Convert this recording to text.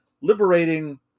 liberating